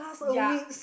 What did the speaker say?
yea